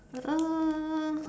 uh